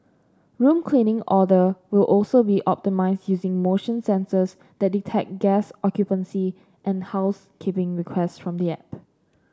room cleaning order will also be optimised using motion sensors that detect guest occupancy and housekeeping requests from the app